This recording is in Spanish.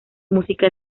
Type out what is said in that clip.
música